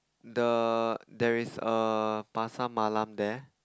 the there is a pasar-malam there